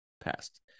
passed